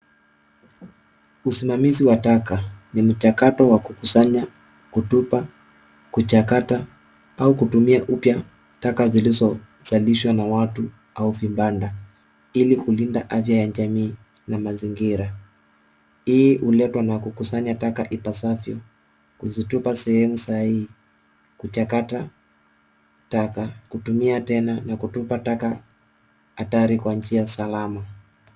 Usimamizi wa taka ni mchakato wa kukusanya, kutupa, kuchakata au kutumia upya taka zilizozalishwa na watu au vibanda, ili kulinda haja ya jamii na mazingira. Hii huletwa na kukusanya taka ipasavyo, kuzitupa sehemu sahihi, kuchakata taka, kutumia tena na kutupa taka hatari kwa njia salama.